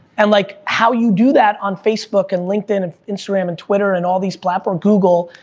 and like, how you do that on facebook, and linkedin, and instagram, and twitter, and all these platforms, google.